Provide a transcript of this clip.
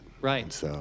Right